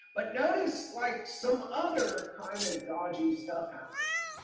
but notice, like some other kind of dodgy stuff happens.